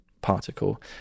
particle